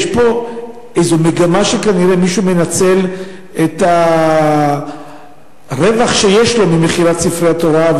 יש פה איזו מגמה שכנראה מישהו מנצל את הרווח שיש לו ממכירת ספרי התורה,